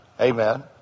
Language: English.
Amen